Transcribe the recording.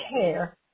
care